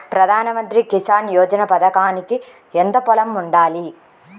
ప్రధాన మంత్రి కిసాన్ యోజన పథకానికి ఎంత పొలం ఉండాలి?